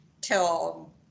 till